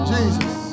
Jesus